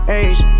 age